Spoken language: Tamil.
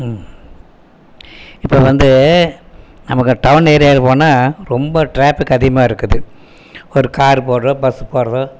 இப்போ வந்து நம்ம டவுன் ஏரியாவுக்கு போனால் ரொம்ப ட்ராபிக் அதிகமாக இருக்குது ஒரு காரு போகிறதோ பஸ் போகிறதோ